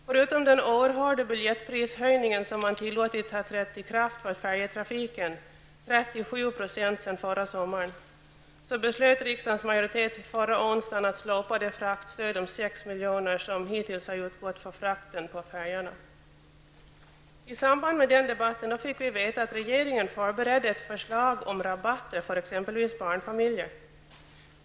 Förutom den oerhört stora biljettprishöjning som man tillåtit träda i kraft för färjetrafiken, 37 20 sedan förra sommaren, beslöt riksdagsmajoriteten förra onsdagen att slopa det fraktstöd om 6 milj.kr. som hittills utgått för frakten på färjorna. I debatten förra onsdagen fick vi veta att regeringen förberedde ett förslag om rabatter för exempelvis barnfamiljer.